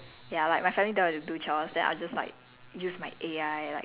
A_I kind of thing so like my mum don't have to do chores